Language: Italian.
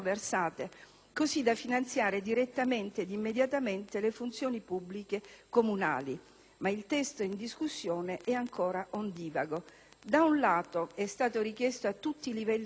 così da finanziare direttamente ed immediatamente le funzioni pubbliche comunali. Ma il testo in discussione è ancora ondivago. Da un lato, è stato richiesto a tutti livelli di governo